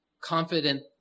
confident